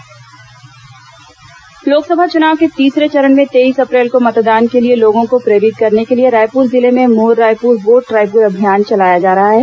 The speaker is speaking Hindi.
मतदाता जागरूकता कार्यक्रम लोकसभा चुनाव के तीसरे चरण में तेईस अप्रैल को मतदान के लिए लोगों को प्रेरित करने के लिए रायपुर जिले में मोर रायपुर वोट रायपुर अभियान चलाया जा रहा है